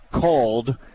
called